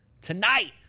tonight